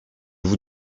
vous